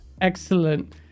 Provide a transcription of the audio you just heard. excellent